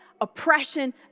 oppression